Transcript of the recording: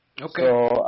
Okay